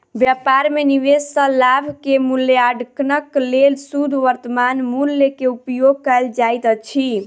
व्यापार में निवेश सॅ लाभ के मूल्याङकनक लेल शुद्ध वर्त्तमान मूल्य के उपयोग कयल जाइत अछि